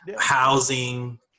housing